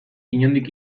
inondik